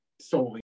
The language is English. solely